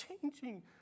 Changing